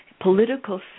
political